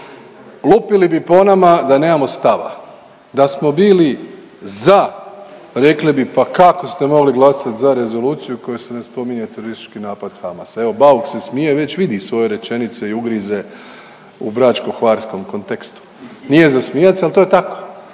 lupili bi po nama da nemamo stava, da smo bili za rekli bi pa kako ste mogli glasat za rezoluciju u kojoj se ne spominje teroristički napad Hamasa. Evo Bauk se smije, već vidi svoje rečenice i ugrize u bračko-hvarskom kontekstu. Nije za smijat se ali to je tako.